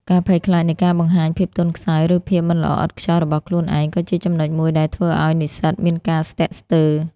ការភ័យខ្លាចនៃការបង្ហាញភាពទន់ខ្សោយ ឬភាពមិនល្អឥតខ្ចោះរបស់ខ្លួនឯង ក៏ជាចំណុចមួយដែលធ្វើឱ្យនិស្សិតមានការស្ទាក់ស្ទើរ។